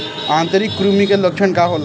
आंतरिक कृमि के लक्षण का होला?